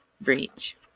breach